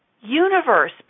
Universe